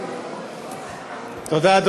תודה.